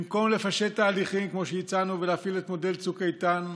במקום לפשט תהליכים כמו שהצענו ולהפעיל את מודל צוק איתן,